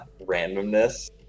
randomness